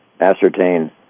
ascertain